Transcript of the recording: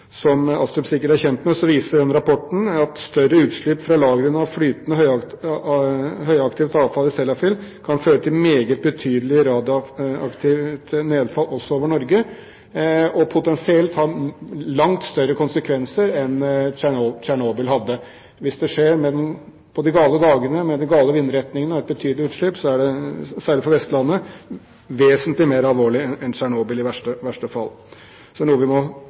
Som Astrup sikkert er kjent med, viser den rapporten at større utslipp fra lagrene av flytende, høyaktivt avfall i Sellafield kan føre til meget betydelig radioaktivt nedfall også over Norge, og har potensielt langt større konsekvenser enn det Tsjernobyl hadde. Hvis det skjer på de gale dagene, med gale vindretninger og et betydelig utslipp, er det særlig for Vestlandet vesentlig mer alvorlig enn Tsjernobyl i verste fall. Det er noe vi må